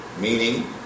meaning